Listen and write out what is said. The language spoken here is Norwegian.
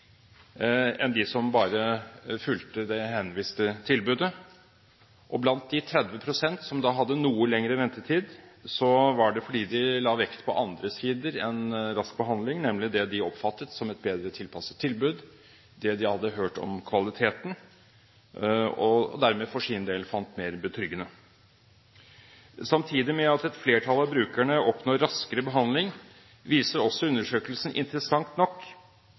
enn dem som bare fulgte det henviste tilbudet. De 30 pst. av brukerne av ordningen som hadde noe lengre ventetid, hadde det fordi de hadde lagt vekt på andre sider enn rask behandling, nemlig det de oppfattet som et bedre tilpasset tilbud, der de hadde hørt om kvaliteten og dermed for sin del fant mer betryggende. Samtidig med at et flertall av brukerne oppnår raskere behandling, viser også undersøkelsen